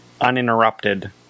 uninterrupted